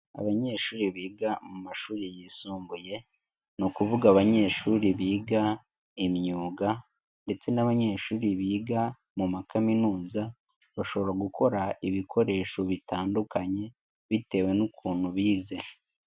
Abanyeshuri biga mu mashuri yisumbuye, ni ukuvuga abanyeshuri biga imyuga ndetse n'abanyeshuri biga mu ma kaminuza, bashobora gukora ibikoresho bitandukanye, bitewe n'ukuntu bize.